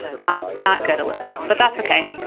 not not good, elizabeth, but that's ok.